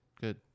good